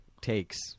takes